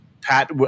Pat